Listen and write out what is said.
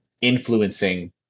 influencing